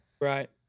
Right